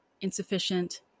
insufficient